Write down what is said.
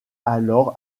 alors